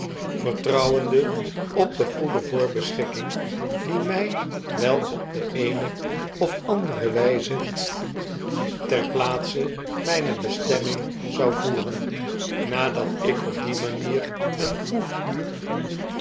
vertrouwende op de goede voorbeschikking die mij wel op de eene of andere wijze ter plaatse mijner bestemming zou voeren nadat ik op die manier een goed uur